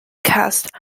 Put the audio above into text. cast